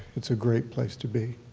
it's great place to be.